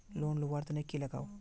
Loan लुवा र तने की लगाव?